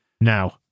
Now